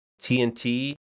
TNT